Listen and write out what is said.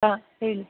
ಹಾಂ ಹೇಳಿ